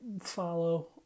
follow